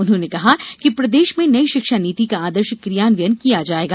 उन्होंने कहा कि प्रदेश में नई शिक्षा नीति का आदर्श कियान्वयन किया जायेगा